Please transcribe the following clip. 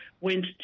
went